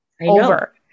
over